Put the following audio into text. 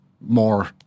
more